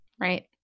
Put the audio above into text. right